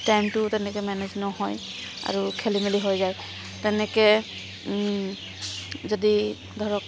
টাইমটো তেনেকৈ মেনেজ নহয় আৰু খেলিমেলি হৈ যায় আৰু তেনেকৈ যদি ধৰক